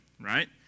right